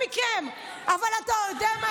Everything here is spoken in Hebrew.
מי?